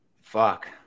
Fuck